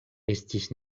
estis